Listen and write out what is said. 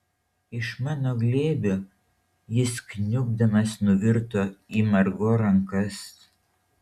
iš mano glėbio jis kniubdamas nuvirto į margo rankas